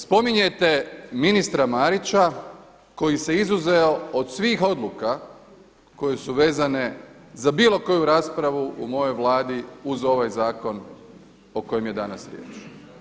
Spominjete ministra Marića koji se izuzeo od svih odluka koje se vezane za bilo koju raspravu u mojoj Vladi uz ovaj zakon o kojem je danas riječ.